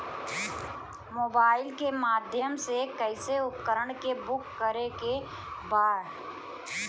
Mobile के माध्यम से कैसे उपकरण के बुक करेके बा?